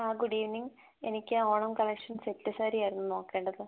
ആ good evening എനിക്ക് Onam collection set സാരിയായിരുന്നു നോക്കേണ്ടത്